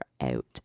out